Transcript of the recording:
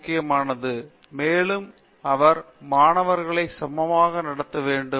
விஸ்வநாதன் மேலும் அவர் மாணவர்களை சமமாக நடத்த வேண்டும்